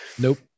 Nope